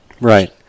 Right